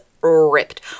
ripped